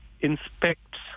inspects